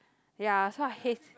ya so I hate